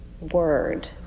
word